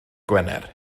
gwener